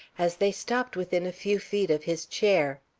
as they stopped within a few feet of his chair.